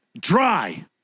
dry